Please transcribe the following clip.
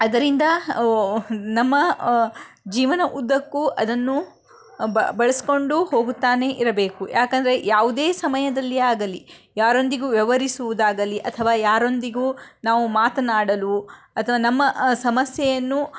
ಅದರಿಂದ ನಮ್ಮ ಜೀವನ ಉದ್ದಕ್ಕೂ ಅದನ್ನು ಬ ಬಳಸಿಕೊಂಡು ಹೋಗುತ್ತಾನೇ ಇರಬೇಕು ಯಾಕಂದರೆ ಯಾವುದೇ ಸಮಯದಲ್ಲಿ ಆಗಲಿ ಯಾರೊಂದಿಗೂ ವ್ಯವಹರಿಸುವುದಾಗಲಿ ಅಥವಾ ಯಾರೊಂದಿಗೂ ನಾವು ಮಾತನಾಡಲು ಅಥವಾ ನಮ್ಮ ಸಮಸ್ಯೆಯನ್ನು